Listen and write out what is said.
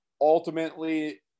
ultimately